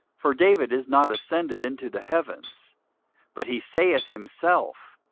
for david is not ascended into the heavens but he saith himself,